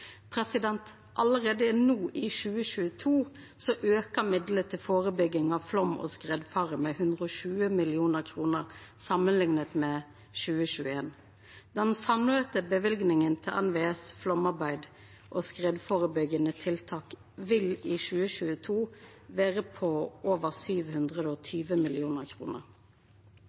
av flom- og skredfare med 120 mill. kr samanlikna med 2021. Den samla løyvinga til NVEs flomarbeid og skredførebyggjande tiltak vil i 2022 vera på over 720